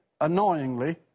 annoyingly